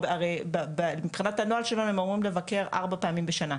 הרי מבחינת הנוהל שלהם הם אמורים לבקר ארבע פעמים בשנה.